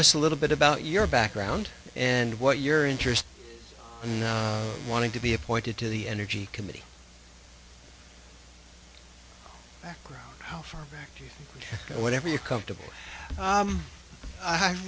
us a little bit about your background and what your interest in wanting to be appointed to the energy committee background how far back you go whatever you're comfortable